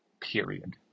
Period